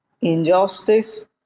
injustice